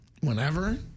whenever